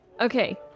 okay